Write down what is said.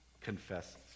confess